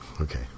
okay